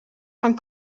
van